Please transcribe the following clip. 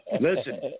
Listen